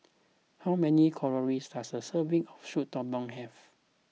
how many calories does a serving of Soup Tulang have